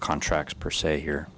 contracts per se here